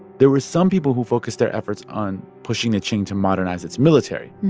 there were some people who focused their efforts on pushing the qing to modernize its military.